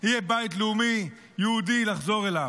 יהיה בית לאומי יהודי לחזור אליו.